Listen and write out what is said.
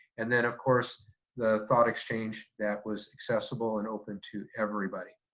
and then of course the thought exchange that was accessible and open to everybody.